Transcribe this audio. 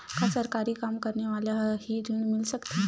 का सरकारी काम करने वाले ल हि ऋण मिल सकथे?